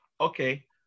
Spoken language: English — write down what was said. Okay